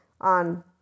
on